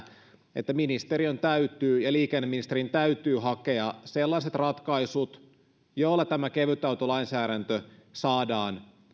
että ministeriön ja liikenneministerin täytyy hakea sellaiset ratkaisut joilla kevytautolainsäädäntö saadaan